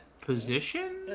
position